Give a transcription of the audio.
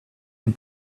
and